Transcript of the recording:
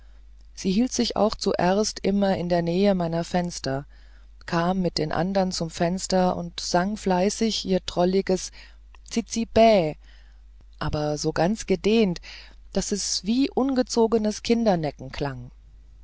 sie hielt sich auch zuerst immer in der nähe meiner fenster kam mit den anderen zum fenster und sang fleißig ihr drolliges zizi bä aber so ganz gedehnt daß es wie ungezogenes kindernecken klang